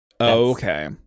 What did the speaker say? Okay